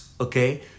okay